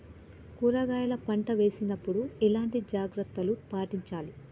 కూరగాయల పంట వేసినప్పుడు ఎలాంటి జాగ్రత్తలు పాటించాలి?